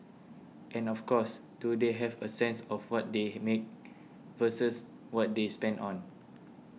and of course do they have a sense of what they have make versus what they spend on